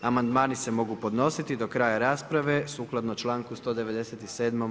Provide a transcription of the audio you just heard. Amandmani se mogu podnositi do kraja rasprave sukladno članku 197.